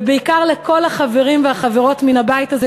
ובעיקר לכל החברים והחברות מהבית הזה